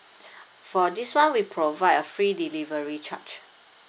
for this one we provide a free delivery charge